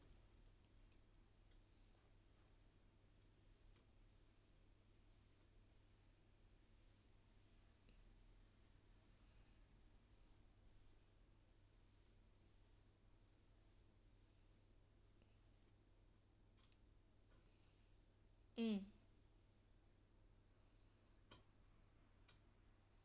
mm